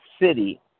city